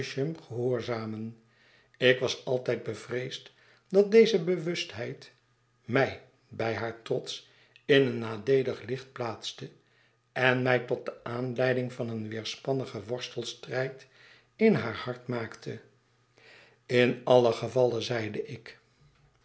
havisham gehoorzamen ik was altijd bevreesd dat deze bewustheid mij bij haar trots in een nadeelig licht plaatste en mij tot de aanleiding van een weerspannigen worstelstrijd in haar hart maakte in alien gevalle zeide ik